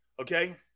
okay